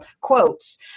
quotes